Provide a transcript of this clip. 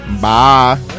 Bye